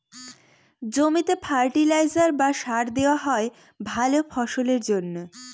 জমিতে ফার্টিলাইজার বা সার দেওয়া হয় ভালা ফসলের জন্যে